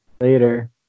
Later